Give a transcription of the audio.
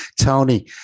tony